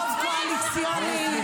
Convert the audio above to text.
לא תהיה לוועדה הזו לא רוב קואליציוני,